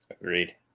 Agreed